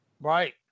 Right